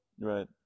Right